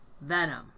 Venom